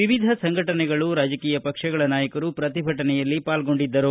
ವಿವಿಧ ಸಂಘಟನೆಗಳು ರಾಜಕೀಯ ಪಕ್ಷಗಳ ನಾಯಕರು ಪ್ರತಿಭಟನೆಯಲ್ಲಿ ಪಾಲ್ಗೊಂಡಿದ್ದರು